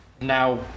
now